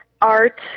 art